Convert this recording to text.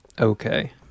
okay